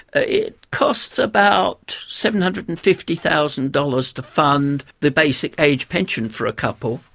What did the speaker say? ah it costs about seven hundred and fifty thousand dollars to fund the basic aged pension for a couple,